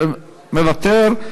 מוותר.